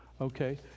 okay